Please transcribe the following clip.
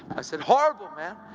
i said, horrible, man!